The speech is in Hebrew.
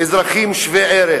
אזרחים שווי ערך.